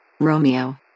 Romeo